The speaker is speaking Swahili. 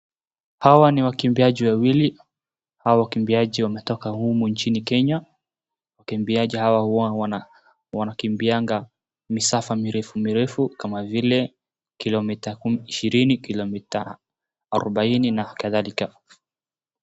Hawa ni wakimbiaji wawili. Hawa wakimbiaji wametoka humu nchini Kenya. Wakimbiaji hawa huwa wanakimbiaga misafa mirefu mirefu kama vile kilomita ishirini, kilomita arubaini na kadhalika.